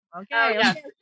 okay